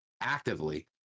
actively